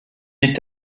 est